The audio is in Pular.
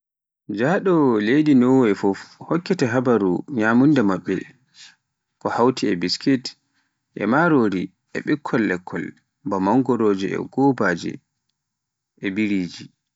Njaɗo leydi Nowe fuf, hokkete habaruuji, nyamunda maɓɓe, ko hawti e biskit, e marori e ɓikkol lekkol ba mangoroje, gobaaje, e biriji.